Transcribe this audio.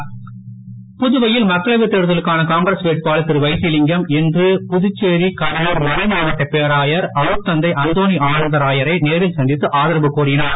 வைத்திலிங்கம் புதுவையில் மக்களவை தேர்தலுக்கான காங்கிரஸ் வேட்பாளர் திரு வைத்திலிங்கம் இன்று புதுச்சேரி கடலூர் மறை மாவட்டப் பேராயர் அருட்தந்தை அந்தோணி ஆனந்தராயரை நேரில் சந்தித்து ஆதரவு கோரினார்